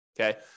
Okay